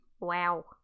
Wow